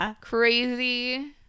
crazy